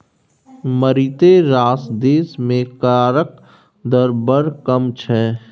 मारिते रास देश मे करक दर बड़ कम छै